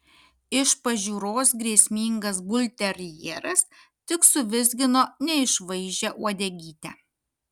iš pažiūros grėsmingas bulterjeras tik suvizgino neišvaizdžią uodegytę